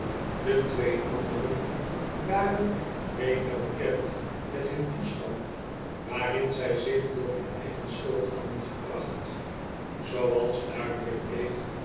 de twee anderen waren beter bekend met hun toestand waarin zij zich door hun eigen schuld hadden gebracht tfooals duidelijk bleek